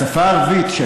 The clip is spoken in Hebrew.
והשפה הערבית,